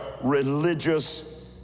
religious